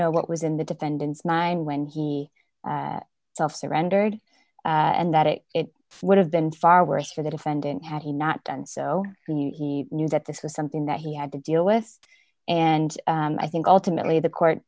know what was in the defendant's mind when he self surrendered and that it it would have been far worse for the defendant had he not done so and he knew that this was something that he had to deal with and i think ultimately the court